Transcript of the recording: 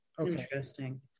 Interesting